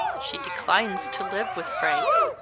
she declines to live with frank.